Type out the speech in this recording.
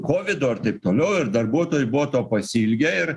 kovido ir taip toliau ir darbuotojai buvo to pasiilgę ir